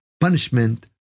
punishment